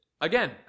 again